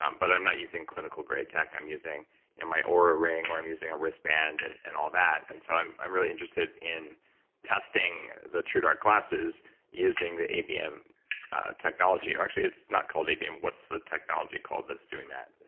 um but i'm not using clinical grade tech. i'm using my oura ring or i'm using a wristband and and all that. and so i'm i'm really interested in testing the truedark glasses using the abm technology, or actually it's not called abm. what's the technology called that's doing that?